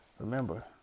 remember